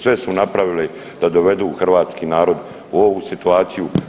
Sve su napravili da dovedu hrvatski narod u ovu situaciju.